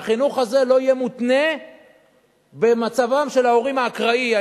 והחינוך הזה לא יהיה מותנה במצבם האקראי של ההורים,